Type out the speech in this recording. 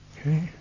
Okay